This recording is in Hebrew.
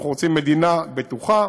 אנחנו רוצים מדינה בטוחה.